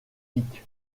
pics